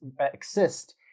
exist